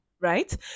right